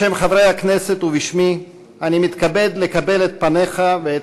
בשם חברי הכנסת ובשמי אני מתכבד לקבל את פניך ואת